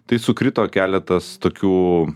tai sukrito keletas tokių